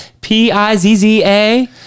P-I-Z-Z-A